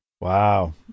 Wow